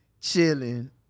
chilling